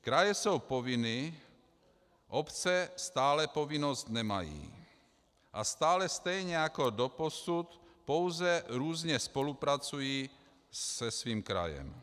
Kraje jsou povinny, obce stále povinnost nemají a stále stejně jako doposud pouze různě spolupracují se svým krajem.